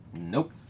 Nope